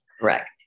Correct